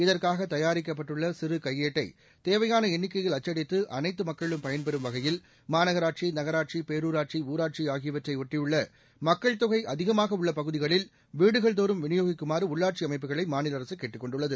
இதற்காக தயாரிக்கப்பட்டுள்ள சிறு கையேட்டை தேவையான எண்ணிக்கையில் அச்சடித்து அனைத்து மக்களும் பயள் பெறும் வகையில் மாநகராட்சி நகராட்சி பேரூராட்சி ஊராட்சி ஆகியவற்றையொட்டியுள்ள மக்கள் தொகை அதிகமாக உள்ள பகுதிகளில் வீடுகள் தோறும் விநியோகிக்குமாறு உள்ளாட்சி அமைப்புகளை மாநில அரசு கேட்டுக் கொண்டுள்ளது